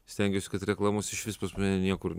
stengiausi kad reklamos išvis pas mane niekur